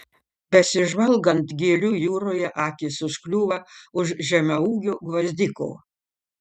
besižvalgant gėlių jūroje akys užkliūva už žemaūgių gvazdikų